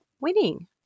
winning